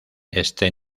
este